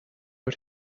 out